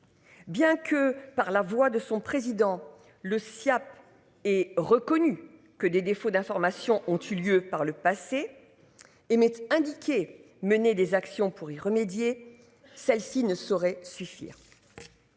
Bien que par la voix de son président le Siaap et reconnu que des défauts d'information ont eu lieu par le passé. Et mais indiqué mener des actions pour y remédier. Celle-ci ne saurait suffire.